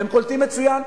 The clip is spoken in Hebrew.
והם קולטים מצוין.